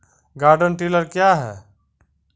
Garden tiller क्या हैं?